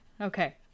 Okay